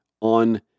on